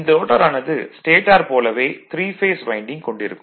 இந்த ரோட்டாரானது ஸ்டேடார் போலவே த்ரீ பேஸ் வைண்டிங் கொண்டிருக்கும்